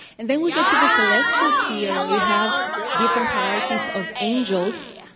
and then we get to the celestial sphere, and we have different hierarchies of angels.